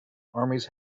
armies